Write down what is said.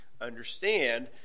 understand